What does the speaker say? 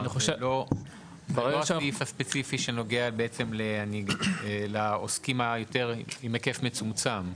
זה לא הסעיף הספציפי שנוגע לעוסקים בהיקף מצומצם.